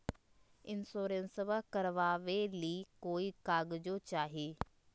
इंसोरेंसबा करबा बे ली कोई कागजों चाही?